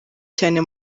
cyane